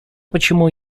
почему